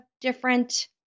different